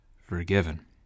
forgiven